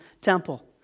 temple